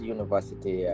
University